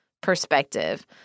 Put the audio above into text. perspective